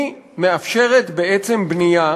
היא מאפשרת בעצם בנייה